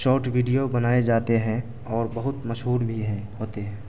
short video بنائے جاتے ہیں اور بہت مشہور بھی ہیں ہوتے ہیں